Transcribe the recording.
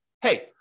hey